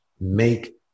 make